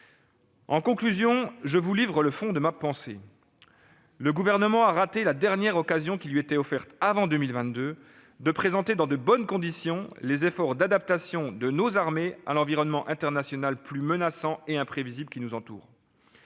permettez-moi de vous livrer le fond de ma pensée. Le Gouvernement a raté la dernière occasion qui lui était offerte avant 2022 de présenter dans de bonnes conditions les efforts d'adaptation de nos armées à l'environnement international plus menaçant et imprévisible qui nous entoure.